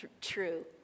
true